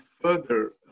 further